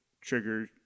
Trigger